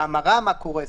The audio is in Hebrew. מה קורה בהמרה?